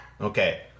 Okay